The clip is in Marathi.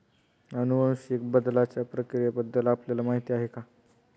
अनुवांशिक बदलाच्या प्रक्रियेबद्दल आपल्याला माहिती आहे का?